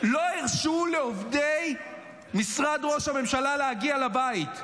לא הרשו לעובדי משרד ראש הממשלה להגיע לבית.